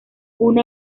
uno